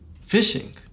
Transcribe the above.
fishing